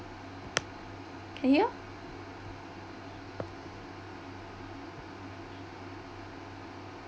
can you